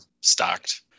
stocked